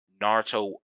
Naruto